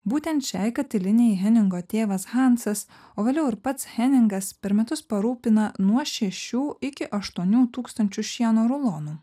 būtent šiai katilinei heningo tėvas hansas o vėliau ir pats henrikas per metus parūpina nuo šešių iki aštuonių tūkstančių šieno rulonų